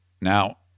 Now